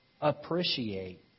appreciate